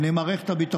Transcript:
בעיני מערכת הביטחון,